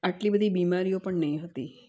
આટલી બધી બીમારીઓ પણ નહીં હતી